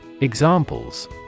Examples